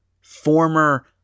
former